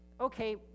okay